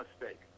mistake